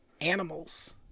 animals